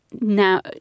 now